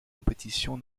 compétition